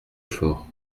fort